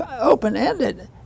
Open-ended